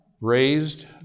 raised